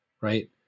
right